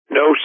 no